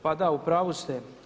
Pa da, u pravu ste.